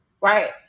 right